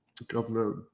governor